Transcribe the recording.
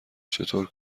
چطور